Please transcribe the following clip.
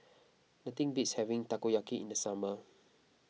nothing beats having Takoyaki in the summer